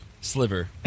Sliver